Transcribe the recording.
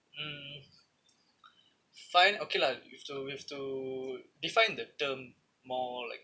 mm fine okay lah you've to you've to define the term more like